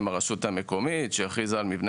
האם הרשות המקומית שהכריזה על מבנה